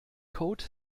code